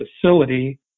facility